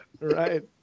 right